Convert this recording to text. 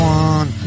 one